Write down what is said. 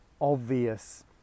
obvious